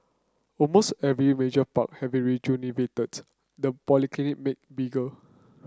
almost every major park have been rejuvenated the polyclinic made bigger